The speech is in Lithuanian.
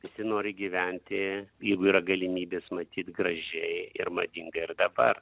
visi nori gyventi jeigu yra galimybės matyt gražiai ir madingai ir dabar